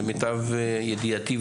למיטב ידיעתי,